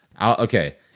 Okay